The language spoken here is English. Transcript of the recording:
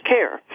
Care